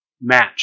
match